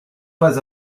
pas